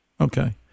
Okay